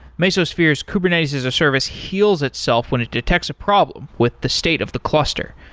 mesosphere's kubernetes-as-a-service heals itself when it detects a problem with the state of the cluster.